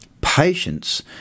patience